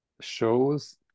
shows